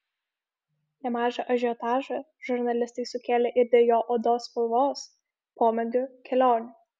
nemažą ažiotažą žurnalistai sukėlė ir dėl jo odos spalvos pomėgių kelionių